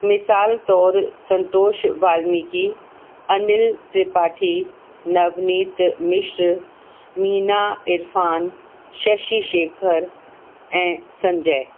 मिसाल तौरु संतोष वालमीकी अनिल त्रिपाठी नवनीत मिश्र मीना इरफ़ान शशि शेखर ऐं संजय